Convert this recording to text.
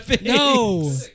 No